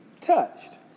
touched